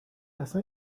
اصلا